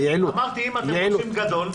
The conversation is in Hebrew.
אמרתי: אם אתם רוצים גוף גדול,